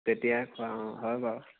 তেতিয়া খোৱা অঁ হয় বাৰু